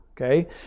Okay